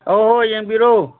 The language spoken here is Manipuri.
ꯑꯧ ꯑꯧ ꯌꯦꯡꯕꯤꯔꯣ